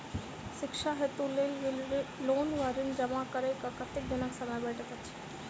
शिक्षा हेतु लेल गेल लोन वा ऋण जमा करै केँ कतेक दिनक समय भेटैत अछि?